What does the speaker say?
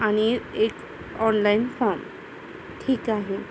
आणि एक online form ठीक आहे